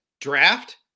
draft